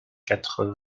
quatre